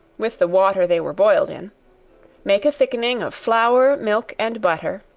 with the water they were boiled in make a thickening of flour, milk and butter,